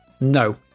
no